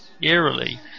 eerily